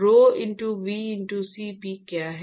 rhoVCp क्या है